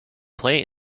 play